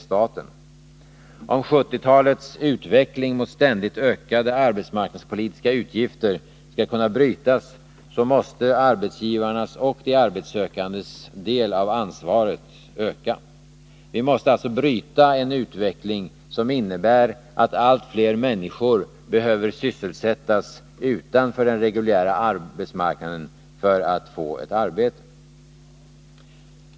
Om 1970-talets utveckling mot ständigt ökande arbetsmarknadspolitiska utgifter skall kunna brytas, måste arbetsgivarnas och de arbetssökandes del av ansvaret öka. Vi måste alltså bryta en utveckling som innebär att allt fler människor behöver sysselsättas utanför den reguljära arbetsmarknaden för att få ett arbete.